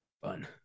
Fun